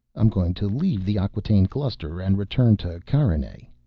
i'm going to leave the acquataine cluster and return to carinae.